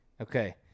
Okay